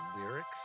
lyrics